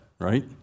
right